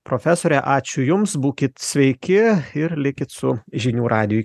profesorė ačiū jums būkit sveiki ir likit su žinių radiju